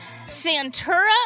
Santura